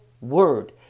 word